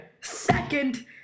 second